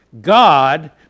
God